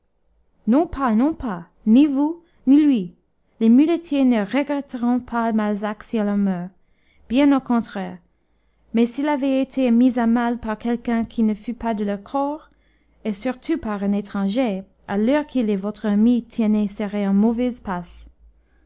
non pas non pas ni vous ni lui les muletiers ne regretteront pas malzac s'il en meurt bien au contraire mais s'il avait été mis à mal par quelqu'un qui ne fût pas de leur corps et surtout par un étranger à l'heure qu'il est votre ami tiennet serait en mauvaise passe